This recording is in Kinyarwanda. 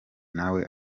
nawe